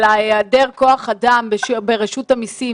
על היעדר כוח אדם ברשות המסים.